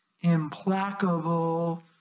implacable